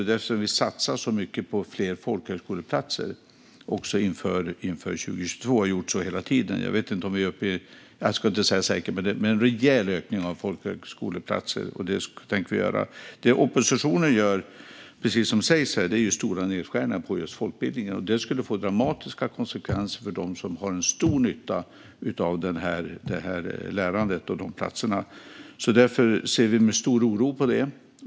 Det är därför som vi satsar så mycket på fler folkhögskoleplatser, också inför 2022. Vi har gjort så hela tiden. Jag ska inte säga säkert hur mycket vi är uppe i, men det är en rejäl ökning av folkhögskoleplatser. Det oppositionen gör, precis som sägs här, är stora nedskärningar på just folkbildningen. Det får dramatiska konsekvenser för dem som har stor nytta av det lärandet och de platserna. Därför ser vi med stor oro på det.